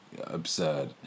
absurd